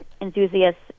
enthusiasts